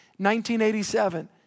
1987